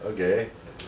okay